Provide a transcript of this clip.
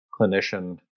clinician